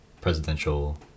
presidential